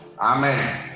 Amen